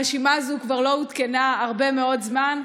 הרשימה הזו כבר לא עודכנה הרבה מאוד זמן.